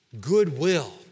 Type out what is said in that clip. Goodwill